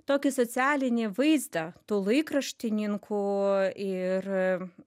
tokį socialinį vaizdą tų laikraštininkų ir